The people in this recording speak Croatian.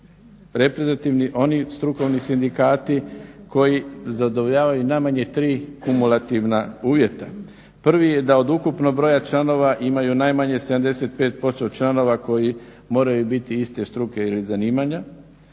reprezentativni oni strukovni sindikati koji zadovoljavaju najmanje tri kumulativna uvjeta. Prvi je da od ukupnog broja članova imaju najmanje 75% članova koji moraju biti iste struke ili zanimanja.